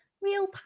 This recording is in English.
real